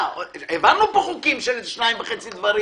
העברנו פה חוקים של שניים וחצי דברים